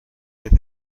پیدا